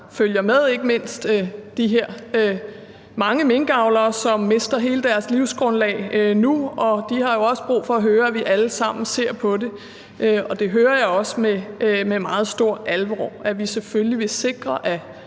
følger med, ikke mindst de her mange minkavlere, som mister hele deres livsgrundlag nu. De har jo også brug for at høre, at vi alle sammen ser på det, og det hører jeg også bliver sagt med meget stor alvor, altså at vi selvfølgelig vil sikre,